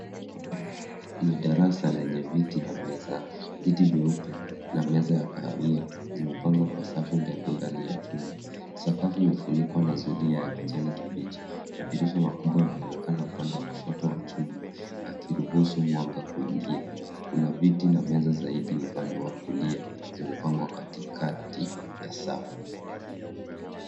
Ni darasa lenye viti na meza. Viti vyeupe na meza ya kahawia zimepangwa Kwa safu ndefu ndani ya chumba. Sakafu imefunikwa na zulia ya kijani kibichi. Madirisha yanaonekana upande wa kushoto wa chumba yakiruhusu mwanga kuingia. Kuna viti na meza zaidi upande wa kulia. Zimepangwa katikati ya safu.